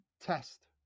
test